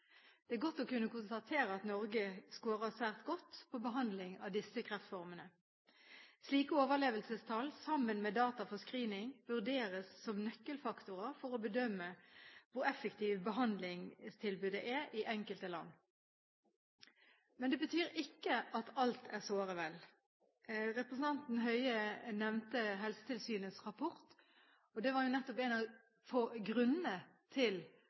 Det er godt å kunne konstatere at Norge skårer svært godt på behandling av disse kreftformene. Slike overlevelsestall – sammen med data for screening – vurderes som nøkkelfaktorer for å bedømme hvor effektivt behandlingstilbudet er i det enkelte land. Men det betyr ikke at alt er såre vel. Representanten Høie nevnte Helsetilsynets rapport, og den rapporten var nettopp en av grunnene til